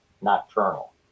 nocturnal